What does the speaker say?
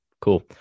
Cool